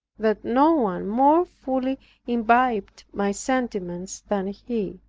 that no one more fully imbibed my sentiments than he